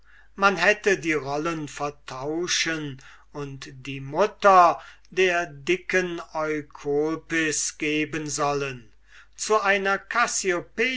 man hätte die rollen tauschen und die mutter der dicken eukolpis geben sollen zu einer